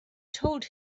told